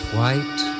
white